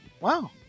wow